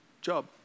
job